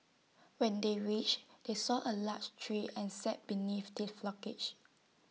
when they reached they saw A large tree and sat beneath the foliage